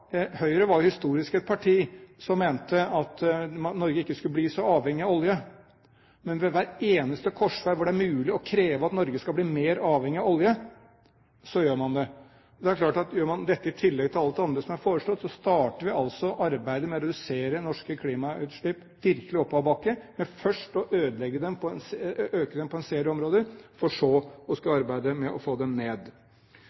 Høyre har historisk vært et parti som mente at Norge ikke skulle bli så avhengig av olje, men ved hver eneste korsvei hvor det er mulig å kreve at Norge skal bli mer avhengig av olje, gjør man det. Og det er klart at gjør man dette i tillegg til alt det andre som er foreslått, starter vi arbeidet med å redusere norske klimautslipp i virkelig oppoverbakke – først øker vi dem på en serie områder, for så